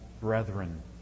brethren